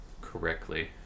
correctly